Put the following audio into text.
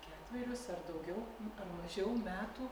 ketverius ar daugiau ar mažiau metų